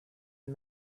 and